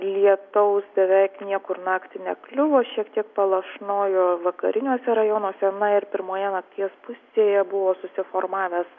lietaus beveik niekur naktį nekliuvo šiek tiek palašnojo vakariniuose rajonuose na ir pirmoje nakties pusėje buvo susiformavęs